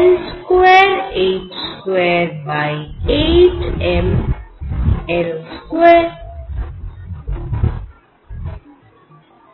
n2h28mL2